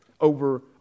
over